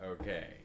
okay